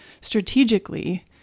strategically